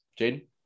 Jaden